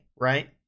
right